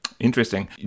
Interesting